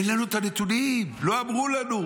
אין לנו את הנתונים, לא אמרו לנו.